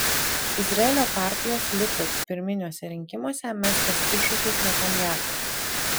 izraelio partijos likud pirminiuose rinkimuose mestas iššūkis netanyahu